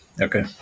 okay